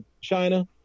China